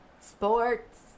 sports